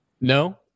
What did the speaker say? No